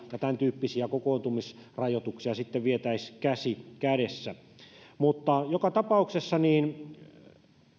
ja tämäntyyppisiä kokoontumisrajoituksia sitten vietäisiin käsi kädessä joka tapauksessa